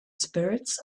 spirits